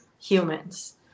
humans